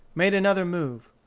made another move.